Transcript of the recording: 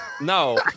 No